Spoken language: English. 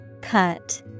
Cut